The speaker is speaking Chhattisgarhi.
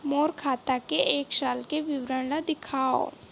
मोर खाता के एक साल के विवरण ल दिखाव?